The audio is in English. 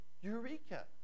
Eureka